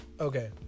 Okay